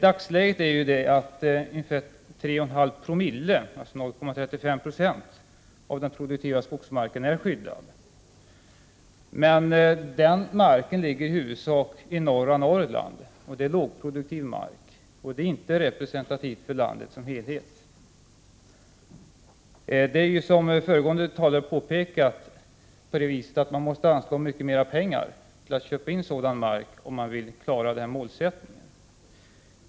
Dagsläget är att ungefär 0,35 26 av den produktiva skogsmarken är skyddad. Men den marken ligger i huvudsak i norra Norrland, och det är lågproduktiv mark. Detta är inte representativt för landet som helhet. Som föregående talare har påpekat måste man anslå mycket mer pengar för att köpa in sådan mark, om man vill klara denna målsättning.